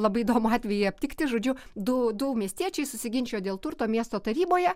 labai įdomų atvejį aptikti žodžiu du du miestiečiai susiginčijo dėl turto miesto taryboje